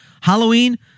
Halloween